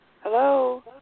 Hello